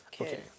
Okay